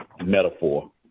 metaphor